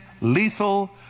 lethal